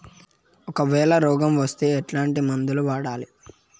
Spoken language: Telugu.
ఒకవేల రోగం వస్తే ఎట్లాంటి మందులు వాడాలి?